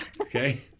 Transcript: Okay